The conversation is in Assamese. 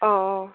অঁ